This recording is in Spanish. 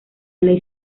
ley